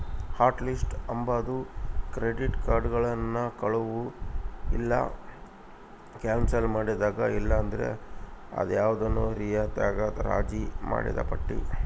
hot list ಅಂಬಾದು credit ಕಾರ್ಡುಗುಳ್ನ ಕಳುವು ಇಲ್ಲ ಕ್ಯಾನ್ಸಲ್ ಮಾಡಿದ ಇಲ್ಲಂದ್ರ ಯಾವ್ದನ ರೀತ್ಯಾಗ ರಾಜಿ ಮಾಡಿದ್ ಪಟ್ಟಿ